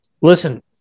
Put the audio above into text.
listen